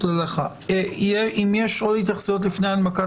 אם יש עוד התייחסויות לפני הנמקת